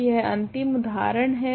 तो यह अंतिम उदाहरण है